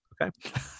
okay